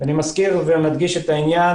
אני מזכיר ומדגיש את העניין